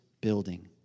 building